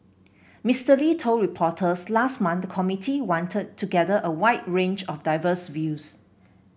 Mister Lee told reporters last month the committee wanted to gather a wide range of diverse views